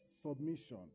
submission